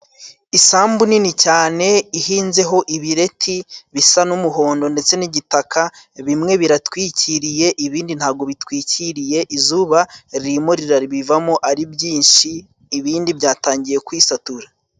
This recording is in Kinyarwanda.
Isambu nini cyane ihinzeho ibireti bisa n'umuhondo, ndetse n'igitaka bimwe biratwikiriye ibindi ntago bitwikiriye, izuba ririmo rirabivamo ari ryinshi ibindi byatangiye kwisatura.